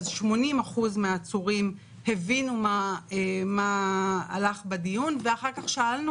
80% מהעצורים הבינו מה הלך בדיון ואחר כך שאלנו